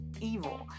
evil